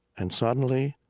and suddenly